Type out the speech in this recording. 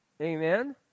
amen